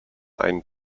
einen